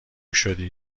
شدی